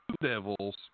Devils